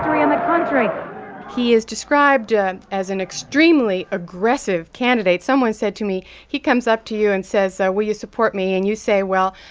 um the country he is described as an extremely aggressive candidate. someone said to me, he comes up to you and says, so will you support me? and you say, well,